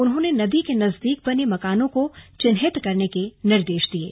उन्होंने नदी के नजदीक बने मकानों को चिन्हित करने के निर्देश दिये